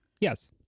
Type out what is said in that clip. Yes